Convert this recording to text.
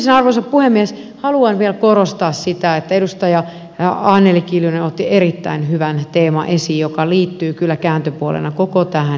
ihan viimeisenä arvoisa puhemies haluan vielä korostaa sitä että edustaja anneli kiljunen otti esiin erittäin hyvän teeman joka liittyy kyllä kääntöpuolena koko tähän juttuun